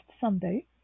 Sunday